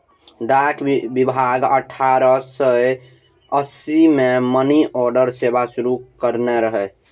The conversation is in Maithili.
डाक विभाग अठारह सय अस्सी मे मनीऑर्डर सेवा शुरू कयने रहै